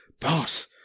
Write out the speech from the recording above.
Boss